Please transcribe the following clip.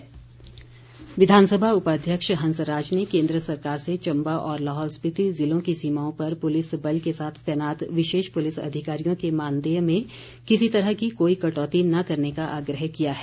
हंसराज विधानसभा उपाध्यक्ष हंसराज ने केन्द्र सरकार से चम्बा और लाहौल स्पीति ज़िलों की सीमाओं पर पुलिस बल के साथ तैनात विशेष पुलिस अधिकारियों के मानदेय में किसी तरह के कोई कटौती न करने का आग्रह किया है